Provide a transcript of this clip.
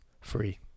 Free